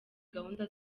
gahunda